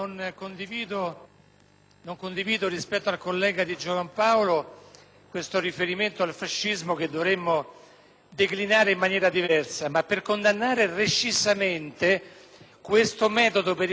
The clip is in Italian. declinare in maniera diversa. Voglio condannare recisamente il metodo con il quale i Gruppi di maggioranza, fino a pochi minuti fa,